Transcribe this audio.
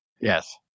Yes